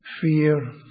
fear